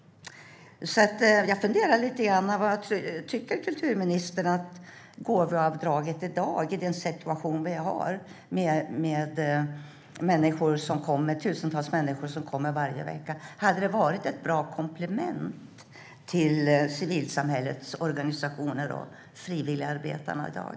Tycker kulturministern att gåvoavdraget i dag, i den situation vi har med tusentals människor som kommer varje vecka, hade varit ett bra komplement till civilsamhällets organisationer och frivilligarbetarna i dag?